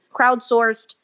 crowdsourced